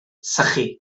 sychu